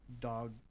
Dog